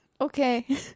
okay